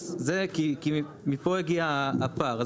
זה כי מפה הגיע הפער.